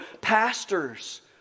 pastors